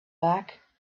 back